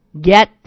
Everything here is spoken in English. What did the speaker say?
get